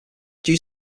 due